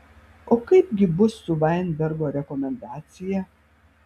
o kaip gi bus su vainbergo rekomendacija